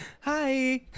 hi